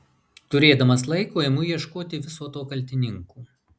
turėdamas laiko imu ieškoti viso to kaltininkų